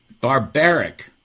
Barbaric